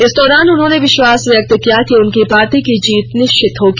इंस दौरान उन्होंने विश्वास व्यक्त किया कि उनकी पार्टी की जीत निश्चित होगी